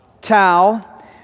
towel